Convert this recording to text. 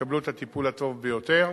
יקבלו את הטיפול הטוב ביותר,